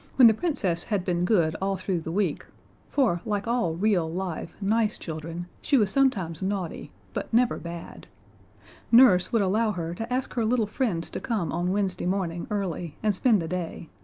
when the princess had been good all through the week for, like all real, live, nice children, she was sometimes naughty, but never bad nurse would allow her to ask her little friends to come on wednesday morning early and spend the day,